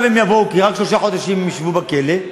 עכשיו הם יבואו, כי רק שלושה חודשים הם ישבו בכלא,